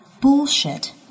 bullshit